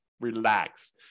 relax